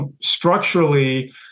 Structurally